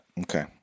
Okay